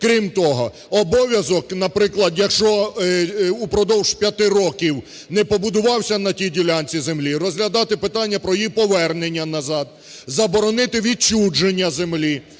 Крім того, обов'язок, наприклад, якщо впродовж 5 років не побудувався на тій ділянці землі, розглядати питання про її повернення назад, заборонити відчуження землі,